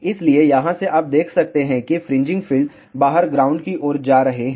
इसलिए यहां से आप देख सकते हैं कि फ्रिंजिंग फील्ड बाहर ग्राउंड की ओर जा रहे हैं